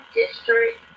district